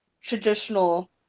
traditional